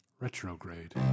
Retrograde